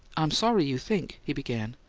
i'm sorry you think he began,